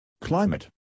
Climate